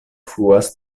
fluas